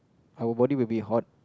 our body will be hot